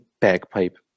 bagpipe